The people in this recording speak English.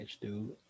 dude